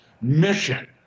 mission